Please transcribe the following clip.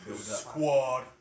Squad